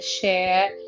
share